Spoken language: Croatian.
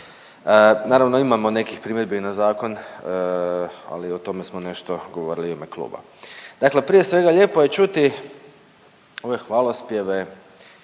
Naravno, imamo nekih primjedbi na zakon, ali o tome smo nešto govorili i u ime kluba. Dakle, prije svega lijepo je čuti ove hvalospjeve